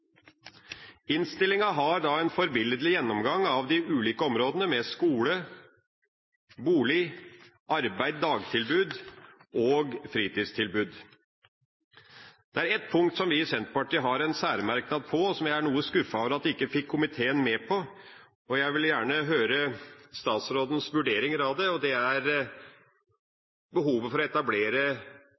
Innstillinga har en forbilledlig gjennomgang av de ulike områdene skole, bolig, arbeid og dagtilbud og fritidstilbud. Det er ett punkt som vi i Senterpartiet har en særmerknad på, og som jeg er noe skuffet over at vi ikke fikk komiteen med på – og jeg vil gjerne høre statsrådens vurdering av det – og det er behovet for å etablere